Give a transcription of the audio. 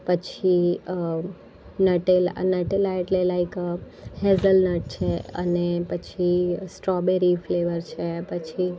પછી નટેલ અ નટેલા એટલે લાઈક હેઝલનટ છે અને પછી સ્ટ્રોબેરી ફ્લેવર છે પછી